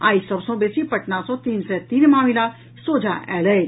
आइ सभ सँ बेसी पटना सँ तीन सय तीन मामिला सोझा आयल अछि